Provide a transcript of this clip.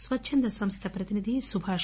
స్వచ్చంద సంస్థ ప్రతినిధి సుభాష్